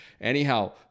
Anyhow